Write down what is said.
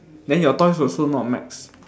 then your toys also not max